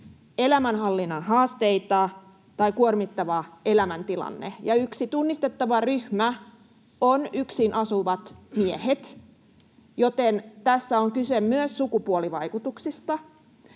elämänhallinnan haasteita tai kuormittava elämäntilanne. Yksi tunnistettava ryhmä on yksin asuvat miehet, joten tässä on kyse myös sukupuolivaikutuksista,